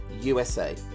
USA